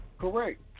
Correct